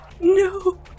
No